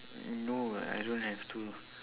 no I don't have to